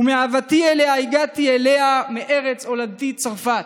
ומאהבתי אליה הגעתי אליה מארץ הולדתי צרפת.